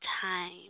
time